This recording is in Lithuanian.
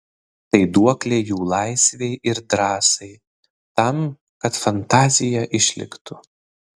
tai duoklė jų laisvei ir drąsai tam kad fantazija išliktų